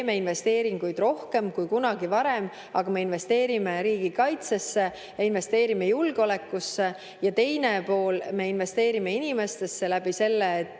teeme investeeringuid rohkem kui kunagi varem, aga me investeerime riigikaitsesse, investeerime julgeolekusse. Ja teine pool: me investeerime inimestesse läbi selle, et